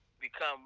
become